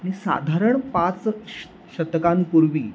आणि साधारण पाच श शतकांपूर्वी